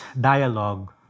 dialogue